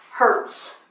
hurts